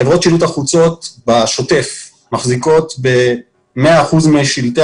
חברות שילוט החוצות בשוטף מחזיקות ב-100 אחוזים משלטי